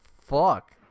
fuck